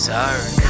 Sorry